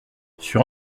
sur